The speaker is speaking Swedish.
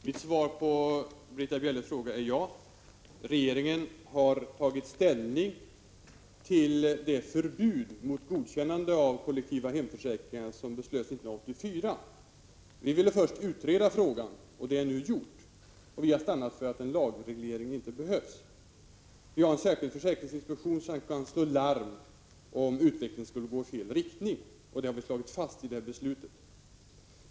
Fru talman! Mitt svar till Britta Bjelle är ja. Regeringen har tagit ställning till det förbud mot godkännande av kollektiva hemförsäkringar som beslutades 1984. Vi ville först utreda frågan. Det är nu gjort, och vi har stannat för att en lagreglering inte behövs. Vi har en särskild försäkringsinspektion som kan slå larm, om utvecklingen skulle gå i fel riktning. Det har vi slagit fast i det här beslutet.